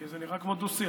כי זה נראה כמו דו-שיח.